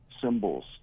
symbols